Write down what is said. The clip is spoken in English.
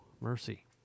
mercy